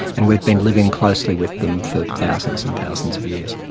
and we've been living closely with them for thousands and thousands of years.